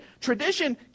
Tradition